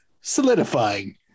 solidifying